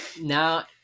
now